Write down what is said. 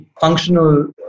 functional